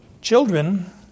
Children